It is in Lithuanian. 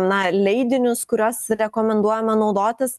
na leidinius kuriuos rekomenduojama naudotis